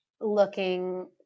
looking